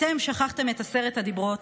אתם שכחתם את עשרת הדיברות,